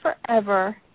forever